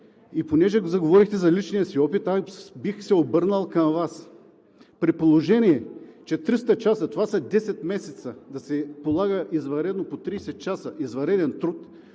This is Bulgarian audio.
И понеже заговорихте за личния си опит, бих се обърнал към Вас: при положение че 300 часа са десет месеца и да се полага извънредно по 30 часа извънреден труд,